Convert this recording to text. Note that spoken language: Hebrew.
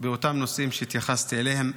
באותם נושאים שהתייחסתי אליהם.